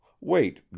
Wait